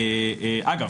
אגב,